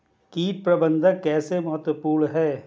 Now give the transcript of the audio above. कीट प्रबंधन कैसे महत्वपूर्ण है?